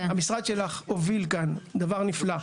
המשרד שלך הוביל כאן דבר נפלא.